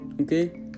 okay